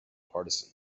partisan